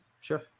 Sure